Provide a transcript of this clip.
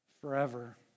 forever